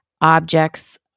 objects